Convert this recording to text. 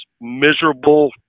miserable